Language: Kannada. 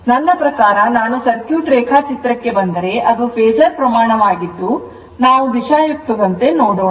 ನನ್ನ ಪ್ರಕಾರ ನಾನು ಸರ್ಕ್ಯೂಟ್ ರೇಖಾಚಿತ್ರಕ್ಕೆ ಬಂದರೆ ಅದು ಫೇಸರ್ ಪ್ರಮಾಣವಾಗಿದ್ದು ನಾವು ದಿಶಾಯುಕ್ತದಂತೆ ನೋಡೋಣ